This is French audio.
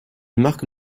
marque